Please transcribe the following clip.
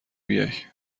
بیای